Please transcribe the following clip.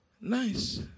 Nice